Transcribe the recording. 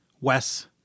Wes